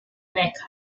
mecca